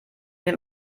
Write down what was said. dem